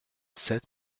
sept